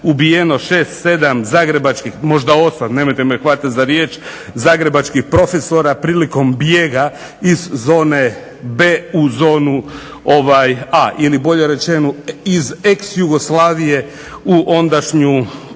primjer u Završju tamo je negdje 47., 48. ubijeno 6, 7 zagrebačkih profesora prilikom bijega iz zone B. u zonu A ili bolje rečeno iz ex-Jugoslavije u ondašnju